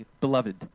beloved